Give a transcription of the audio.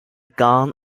gun